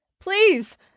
please